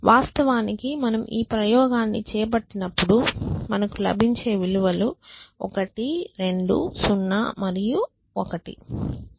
వాస్తవానికి మనం ఈ ప్రయోగాన్ని చేపట్టినప్పుడు మనకు లభించే విలువలు 1 2 0 మరియు 1